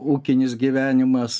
ūkinis gyvenimas